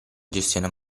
gestione